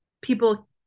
people